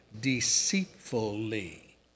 deceitfully